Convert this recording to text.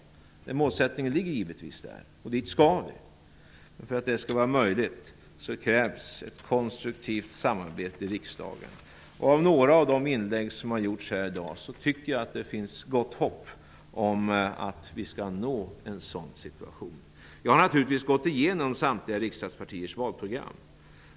Den målsättningen ligger givetvis där, och dit skall vi. Men för att det skall vara möjligt krävs ett konstruktivt samarbete i riksdagen. Att döma av några av de inlägg som har gjorts här i dag tycker jag att det finns gott hopp om att vi skall nå en sådan situation. Jag har naturligtvis gått igenom samtliga riksdagspartiers valprogram.